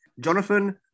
Jonathan